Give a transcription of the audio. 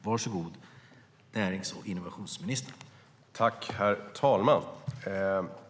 Herr talman!